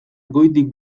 goitik